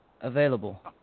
available